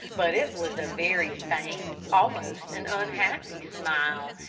but it was a very faint, almost an unhappy smile,